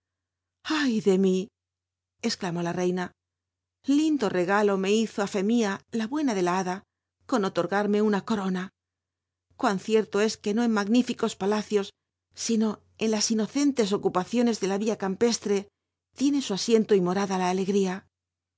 ay de mi cxclanhí la reina lindo re alo lll hizo á fe mia a juena de la liada con otorgarme una coro na cuttn ci rlo es que no en magníficos palacio sino en las inocentes ocupaciun s de la ida campestre tiene su asiento y morada la ale